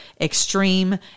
extreme